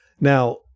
Now